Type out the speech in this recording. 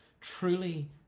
truly